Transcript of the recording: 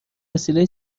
وسیله